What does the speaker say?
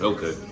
Okay